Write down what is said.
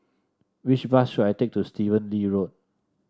which bus should I take to Stephen Lee Road